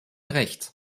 recht